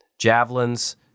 Javelins